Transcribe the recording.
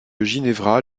ginevra